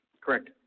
Correct